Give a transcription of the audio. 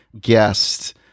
guest